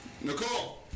Nicole